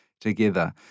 together